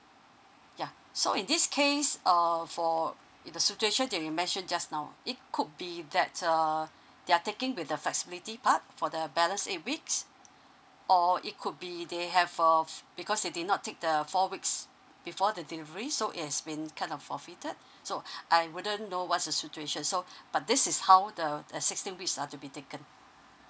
yeah so in this case uh for the situation that you mentioned just now it could be that err they are taking with the flexibility part for the balance eight weeks or it could be they have uh because they did not take the four weeks before the delivery so it's been kind of forfeited so I wouldn't know what's the situation so but this is how the sixteen weeks are to be taken